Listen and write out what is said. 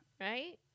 Right